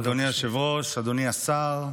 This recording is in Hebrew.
אדוני היושב-ראש, אדוני השר,